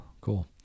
cool